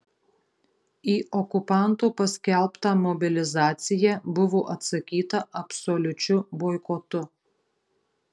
į okupanto paskelbtą mobilizaciją buvo atsakyta absoliučiu boikotu